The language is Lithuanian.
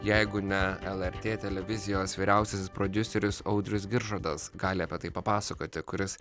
jeigu ne lrt televizijos vyriausiasis prodiuseris audrius giržadas gali apie tai papasakoti kuris